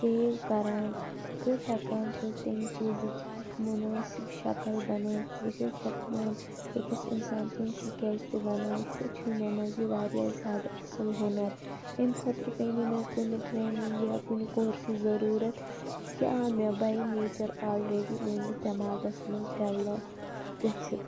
save کَران تہٕ ہٮ۪کان چھَس تٔمۍ چیٖزٕچ اَکھ مُنٲسِب شکل بنٲوِتھ بہٕ چھَس ہٮ۪کان أکِس اِنسان سُنٛد سِکیچ تہِ بنٲوِتھ تہٕ چھُ مےٚ منٛز چھِ واریاہ زیادٕ اَصٕل ہُنَر أمۍ خٲطرٕ پےٚ نہٕ مےٚ کُنہِ ٹرٛیِنِنٛگ یا کُنہِ کورسٕچ ضروٗرَت یہِ آو مےٚ باے نیچَر آلریڈی میٛٲنِس دٮ۪ماغَس منٛز ڈیولَپ گٔژھِتھ